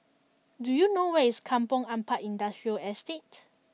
do you know where is Kampong Ampat Industrial Estate